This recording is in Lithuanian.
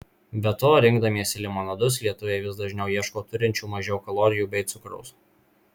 be to rinkdamiesi limonadus lietuviai vis dažniau ieško turinčių mažiau kalorijų bei cukraus